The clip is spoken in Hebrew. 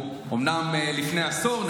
אומנם זה היה לפני עשור,